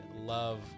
love